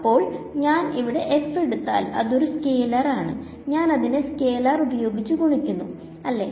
അപ്പോൾ ഞാൻ ഇവിടെ f എടുത്താൽ അതൊരു സ്കാലർ ആണ് ഞാൻ ഇതിനെ സ്കാലർ ഉപയോഗിച്ച് ഗുണിക്കുന്നു അല്ലേ